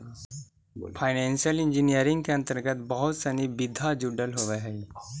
financial engineering के अंतर्गत बहुत सनि विधा जुडल होवऽ हई